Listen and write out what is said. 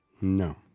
No